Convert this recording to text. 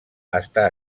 està